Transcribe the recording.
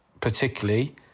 particularly